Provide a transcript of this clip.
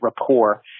rapport